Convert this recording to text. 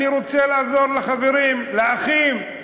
אני רוצה לעזור לחברים, לאחים: